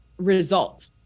result